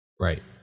Right